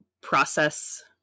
process